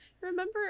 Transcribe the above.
remember